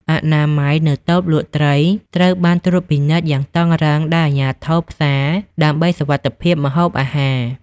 អនាម័យ នៅតូបលក់ត្រីត្រូវបានត្រួតពិនិត្យយ៉ាងតឹងរ៉ឹងដោយអាជ្ញាធរផ្សារដើម្បីសុវត្ថិភាពម្ហូបអាហារ។